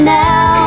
now